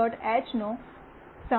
H નો સમાવેશ કરવો પડશે